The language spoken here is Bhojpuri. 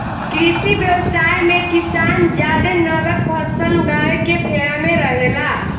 कृषि व्यवसाय मे किसान जादे नगद फसल उगावे के फेरा में रहेला